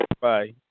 Bye